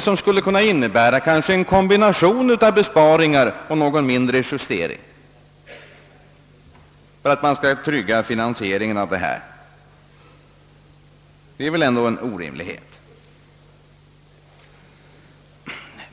som kanske skulle kunna innebära en kombination av besparingar och någon mindre justering för att trygga finansieringen härav är väl ändå en orimlighet?